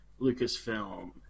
Lucasfilm